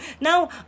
now